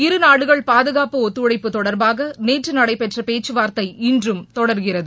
இருநாடுகளுக்கிடையே பாதுகாப்பு ஒத்துழைப்பு தொடர்பாக நேற்று நடைபெற்ற பேச்சவார்த்தை இன்றும் தொடர்கிறது